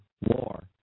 war